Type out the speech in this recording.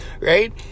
right